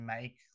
make